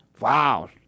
Wow